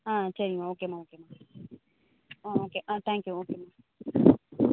ஆ சரிங்கம்மா ஓகேம்மா ஓகேம்மா ம் ஓகே ஆ தேங்க்யூ ஓகேம்மா